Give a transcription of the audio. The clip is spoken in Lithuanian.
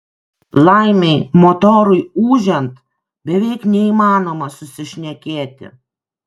laimei motorui ūžiant beveik neįmanoma susišnekėti